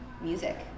music